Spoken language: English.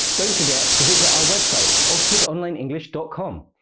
don't forget to visit our website oxford online english dot com.